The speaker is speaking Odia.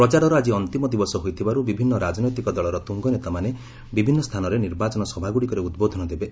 ପ୍ରଚାରର ଆଜି ଅନ୍ତିମ ଦିବସ ହୋଇଥିବାରୁ ବିଭିନ୍ନ ରାଜନୈତିକ ଦଳର ତୁଙ୍ଗନେତାମାନେ ବିଭିନ୍ନ ସ୍ଥାନରେ ନିର୍ବାଚନ ସଭାଗୁଡ଼ିକରେ ଉଦ୍ବୋଧନ ଦେବେ